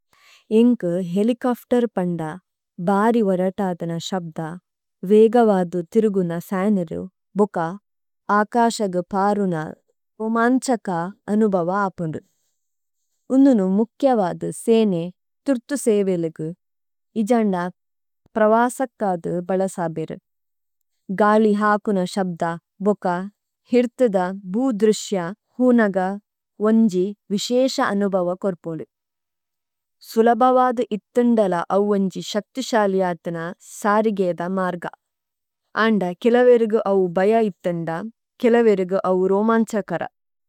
ഏംകു helicopter പണ്ഡാ, ബാരി വരടാദന ശബ്ദാ, വേഗവാദു തിരുഗുന ഫേനരു, ബുകാ, ആകാശഗു പാരുന പുമാംചക അനുഭവ ആപുഡു। ഉനുനു മുക്യവാദു സേനെ, തിരുത്തു സേവേലിഗു, ഇജനഡാ പ്രവാസക്കാദു ബലസാബിരു। ഗാളി ഹാകുന ശബ്ദാ, ബുകാ, ഹിര്തിദാ, ബൂദ്രശ്യാ, ഹൂനഗാ, ഒംജി വിഷേ സേവേലിഗു, സേവേലിഗു, സേവേലിഗു।